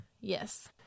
Yes